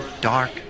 dark